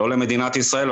לא למדינת ישראל,